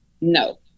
no